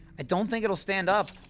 i don't think it'll stand up!